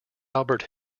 albert